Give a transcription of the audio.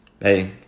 Hey